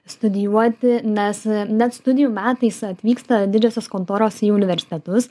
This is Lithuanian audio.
studijuoti nes net studijų metais atvyksta didžiosios kontoros į universitetus